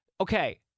Okay